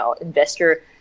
investor